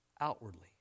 outwardly